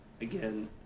Again